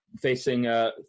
facing